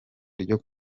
ryo